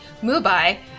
Mumbai